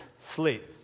sleep